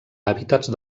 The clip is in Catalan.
hàbitats